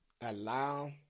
allow